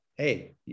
hey